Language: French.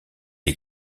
est